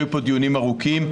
היו פה דיונים ארוכים.